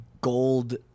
gold